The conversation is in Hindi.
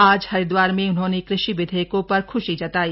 आज हरिदवार में उन्होंने कृषि विधेयकों पर ख्शी जताई